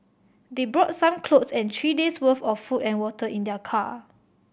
they brought some clothes and three days' worth of food and water in their car